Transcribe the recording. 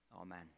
amen